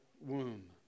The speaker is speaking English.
womb